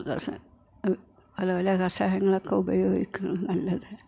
പല പല കഷായങ്ങളൊക്കെ ഉപയോഗിക്കുന്നത് നല്ലതാണ്